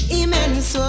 immense